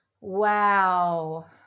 wow